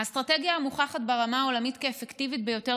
האסטרטגיה המוכחת ברמה העולמית כאפקטיבית ביותר